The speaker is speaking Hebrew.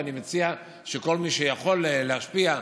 ואני מציע שכל מי שיכול להשפיע,